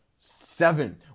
Seven